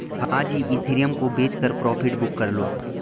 आज ही इथिरियम को बेचकर प्रॉफिट बुक कर लो